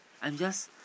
I'm just